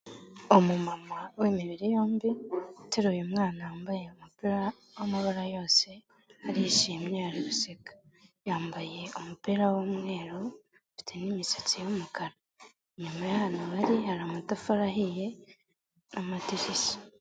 Umumama w'imibiri yombi uteru uyu mwana wambaye umupira w'amabara yose arishimye araseka, yambaye umupira w'umweru, afite n'imisatsi y'umukara, inyuma y'ahantu bari hari amatafari ahiye n'amadisha.